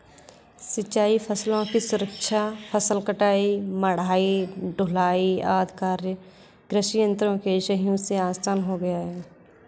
सिंचाई फसलों की सुरक्षा, फसल कटाई, मढ़ाई, ढुलाई आदि कार्य कृषि यन्त्रों के सहयोग से आसान हो गया है